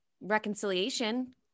reconciliation